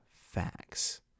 facts